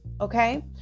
okay